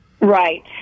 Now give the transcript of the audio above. Right